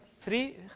three